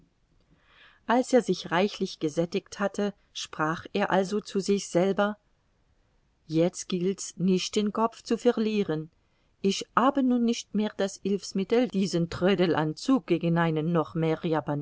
als er sich reichlich gesättigt hatte sprach er also zu sich selber jetzt gilt's nicht den kopf zu verlieren ich habe nun nicht mehr das hilfsmittel diesen trödelanzug gegen einen noch